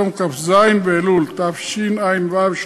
יום כ"ז באלול תשע"ו,